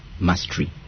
Mastery